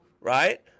right